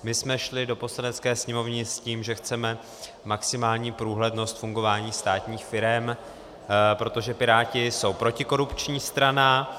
My jsme šli do Poslanecké sněmovny s tím, že chceme maximální průhlednost fungování státních firem, protože Piráti jsou protikorupční strana.